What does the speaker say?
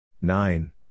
Nine